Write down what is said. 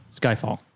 Skyfall